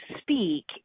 speak